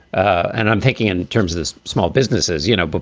and i'm thinking in terms of this, small businesses, you know, but